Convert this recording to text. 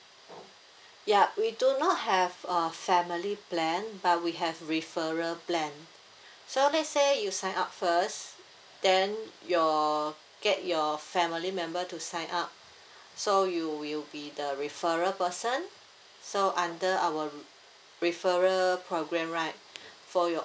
ya we do not have a family plan but we have referral plan so let's say you sign up first then your get your family member to sign up so you will be the referral person so under our re~ referral programme right for your